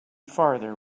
farther